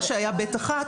מה שהיה (ב)(1),